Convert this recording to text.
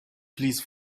please